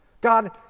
God